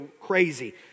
crazy